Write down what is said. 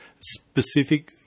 specific